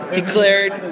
declared